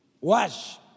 Watch